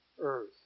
earth